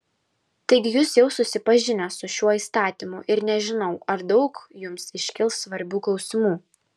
taigi jūs jau susipažinę su šiuo įstatymu ir nežinau ar daug jums iškils svarbių klausimų